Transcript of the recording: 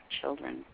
children